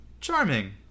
Charming